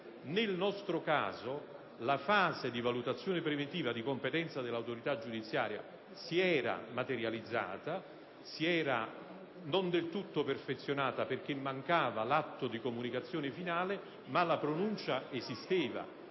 nel nostro caso la fase di valutazione preventiva di competenza dell'autorità giudiziaria si era materializzata: non era del tutto perfezionata perché mancava l'atto di comunicazione finale, ma la pronuncia esisteva